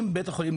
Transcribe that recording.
אם בית החולים,